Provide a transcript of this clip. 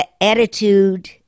attitude